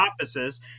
offices